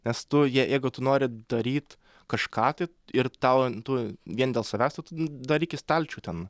nes tu jeigu tu nori daryt kažką tai ir tau tu vien dėl savęs tai tu daryk į stalčių ten